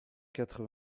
quatre